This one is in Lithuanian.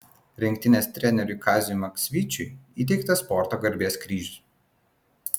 rinktinės treneriui kaziui maksvyčiui įteiktas sporto garbės kryžius